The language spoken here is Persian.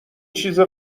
چیز